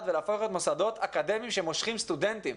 ולהפוך להיות מוסדות אקדמיים שמושכים סטודנטים.